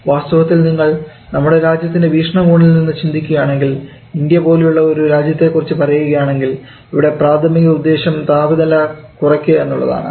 വാസ്തവത്തിൽ നിങ്ങൾ നമ്മുടെ രാജ്യത്തിൻറെ വീക്ഷണകോണിൽ നിന്നും ചിന്തിക്കുകയാണെങ്കിൽ ഇന്ത്യ പോലുള്ള ഒരു രാജ്യത്തെ കുറിച്ച് പറയുകയാണെങ്കിൽ ഇവിടെ പ്രാഥമിക ഉദ്ദേശം താപനില കുറക്കുക എന്നുള്ളതാണ്